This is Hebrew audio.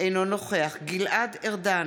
אינו נוכח גלעד ארדן,